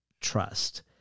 trust